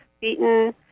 beaten